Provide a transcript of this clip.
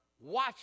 watch